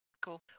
Cool